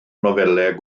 nofelau